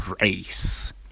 race